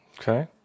Okay